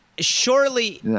Surely